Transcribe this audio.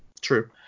True